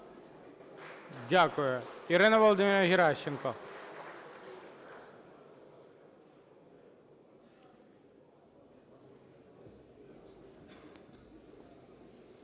Дякую. Ірина Володимирівна Геращенко.